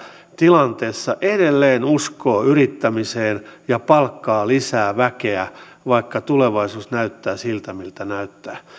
tilanteessa edelleen uskovat yrittämiseen ja palkkaavat lisää väkeä vaikka tulevaisuus näyttää siltä miltä näyttää